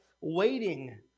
waiting